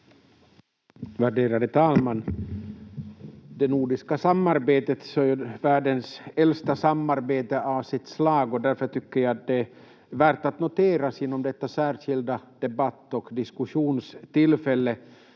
Värderade talman! Det nordiska samarbetet är världens äldsta samarbete av sitt slag och därför tycker jag att det är värt att notera inom detta särskilda debatt- och diskussionstillfälle,